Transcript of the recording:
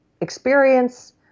experience